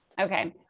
Okay